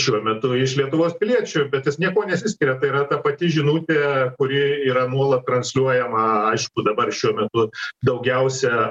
šiuo metu iš lietuvos piliečių bet jis niekuo nesiskiria tai yra ta pati žinutė kuri yra nuolat transliuojama aišku dabar šiuo metu daugiausia